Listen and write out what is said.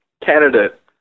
candidate